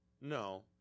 No